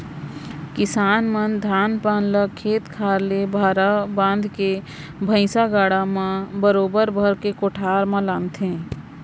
किसान मन धान पान ल खेत खार ले भारा बांध के भैंइसा गाड़ा म बरोबर भर के कोठार म लानथें